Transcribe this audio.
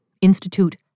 Institute